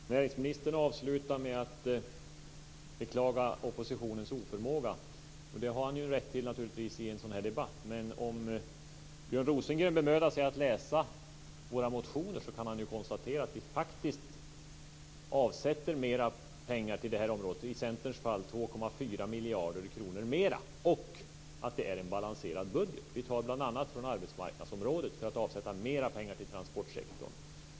Fru talman! Näringsministern avslutade med att beklaga oppositionens oförmåga. Det har han naturligtvis rätt att göra i en sådan här debatt. Men om Björn Rosengren bemödar sig att läsa våra motioner kan han konstatera att vi faktiskt avsätter mera pengar till det här området - i Centerns fall 2,4 miljarder kronor mera - och att det är en balanserad budget. Vi tar bl.a. från arbetsmarknadsområdet för att avsätta mera pengar till transportsektorn.